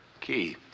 key